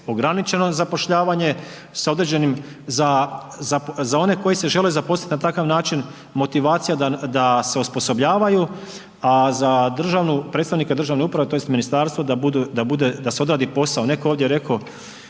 Ograničeno zapošljavanje sa određenim, za one koji se žele zaposliti na takav motivacija da se osposobljavaju, a za predstavnika državne uprave tj. ministarstvo da se odradi posao. Netko je ovdje reko,